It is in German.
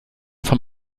vom